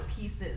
pieces